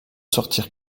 sortir